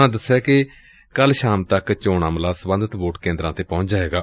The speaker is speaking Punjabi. ਉਨ੍ਹਾਂ ਦਸਿਆ ਕਿ ਕੱਲ੍ਹ ਸ਼ਾਮ ਤੱਕ ਚੋਣ ਅਮਲਾ ਸਬੰਧਤ ਵੋਟ ਕੇਂਦਰਾਂ ਤੇ ਪਹੁੰਚ ਜਾਏਗਾ